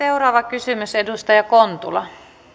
seuraava kysymys edustaja kontula